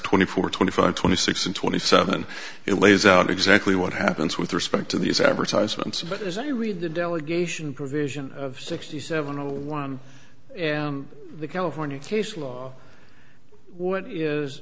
twenty four twenty five twenty six and twenty seven it lays out exactly what happens with respect to these advertisements but as i read the delegation provision of sixty seven zero one the california case law what is